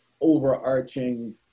overarching